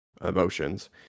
emotions